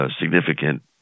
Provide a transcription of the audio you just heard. significant